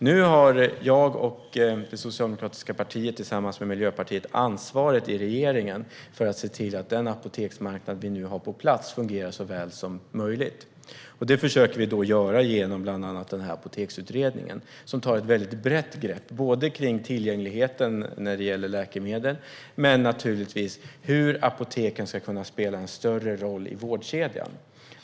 Nu har jag och det socialdemokratiska partiet tillsammans med Miljöpartiet ansvaret i regeringen för att se till att den apoteksmarknad vi har på plats fungerar så väl som möjligt. Det försöker vi göra genom bland annat den här apoteksutredningen, som tar ett väldigt brett grepp kring tillgängligheten till läkemedel men naturligtvis också hur apoteken ska kunna spela en större roll i vårdkedjan.